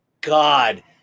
God